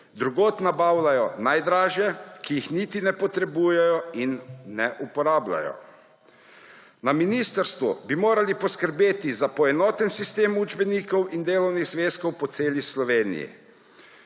Drugod nabavljajo najdražje, ki jih niti ne potrebujejo in ne uporabljajo. Na ministrstvu bi morali poskrbeti za poenoten sistem učbenikov in delovnih zvezkov po celi Sloveniji.